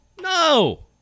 No